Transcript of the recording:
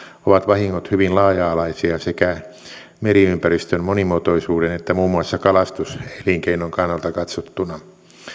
ovat vahingot hyvin laaja alaisia sekä meriympäristön monimuotoisuuden että muun muassa kalastus elinkeinon kannalta katsottuna